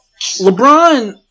LeBron